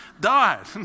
died